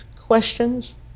questions